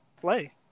play